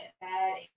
bad